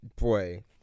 Boy